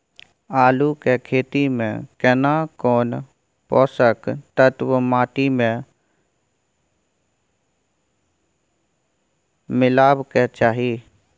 आलू के खेती में केना कोन पोषक तत्व माटी में मिलब के चाही?